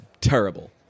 terrible